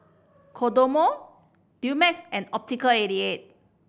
Kodomo Dumex and Optical eighty eight